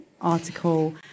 article